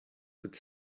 could